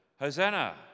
Hosanna